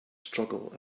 struggle